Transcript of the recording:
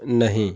नहीं